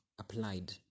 applied